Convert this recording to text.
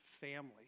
family